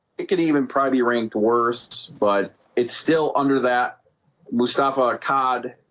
it could even probably ranked worst, but it's still under that mustafa cod